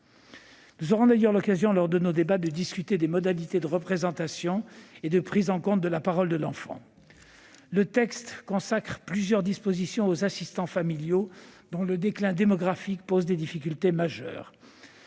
Nous aurons d'ailleurs l'occasion, lors de nos débats, de discuter des modalités de représentation et de prise en compte de la parole de l'enfant. Le texte consacre plusieurs dispositions aux assistants familiaux, dont le déclin démographique pose des difficultés majeures.